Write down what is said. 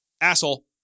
asshole